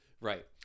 Right